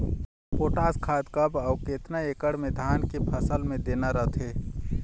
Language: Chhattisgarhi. पोटास खाद कब अऊ केतना एकड़ मे धान के फसल मे देना रथे?